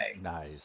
Nice